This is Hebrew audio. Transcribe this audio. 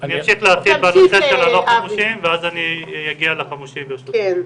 אני אמשיך להרחיב בנושא של הלא חמושים ואז אגיע לנושא החמושים ברשותכם.